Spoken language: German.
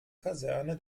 kaserne